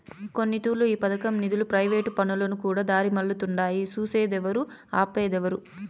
కొన్నితూర్లు ఈ పదకం నిదులు ప్రైవేటు పనులకుకూడా దారిమల్లతుండాయి సూసేదేవరు, ఆపేదేవరు